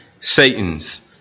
Satan's